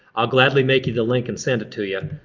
i'll gladly make you the link and send it to you. i.